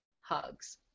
hugs